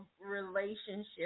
relationship